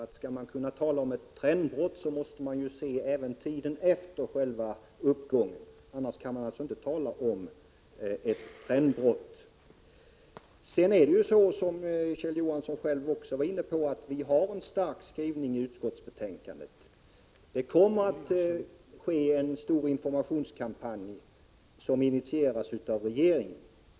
Om man skall kunna tala om ett trendbrott måste man ju se på utvecklingen även för tiden efter ökningen. Som Kjell Johansson själv var inne på har vi en stark skrivning i utskottsbetänkandet. Det kommer att genomföras en stor informationskampanj, som initieras av regeringen.